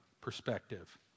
perspective